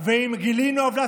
ואם גילינו עוולה,